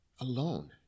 Alone